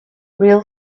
real